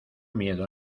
miedo